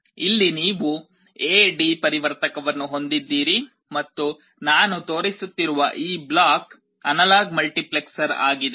ಇಲ್ಲಿ ನೀವು A D ಪರಿವರ್ತಕವನ್ನು ಹೊಂದಿದ್ದೀರಿ ಮತ್ತು ನಾನು ತೋರಿಸುತ್ತಿರುವ ಈ ಬ್ಲಾಕ್ ಅನಲಾಗ್ ಮಲ್ಟಿಪ್ಲೆಕ್ಸರ್ ಆಗಿದೆ